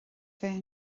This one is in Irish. bheith